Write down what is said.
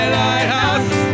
lighthouse